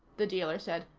the dealer said.